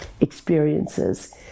experiences